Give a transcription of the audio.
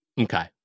Okay